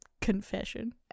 confession